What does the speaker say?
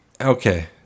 okay